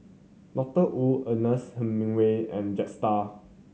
Doctor Wu Ernest Hemingway and Jetstar